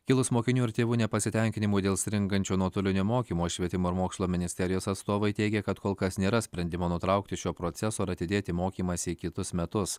kilus mokinių ir tėvų nepasitenkinimui dėl stringančio nuotolinio mokymo švietimo ir mokslo ministerijos atstovai teigia kad kol kas nėra sprendimo nutraukti šio proceso ar atidėti mokymąsi į kitus metus